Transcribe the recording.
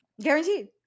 guaranteed